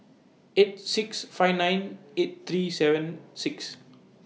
eight six five nine eight three seven six